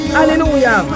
Hallelujah